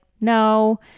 no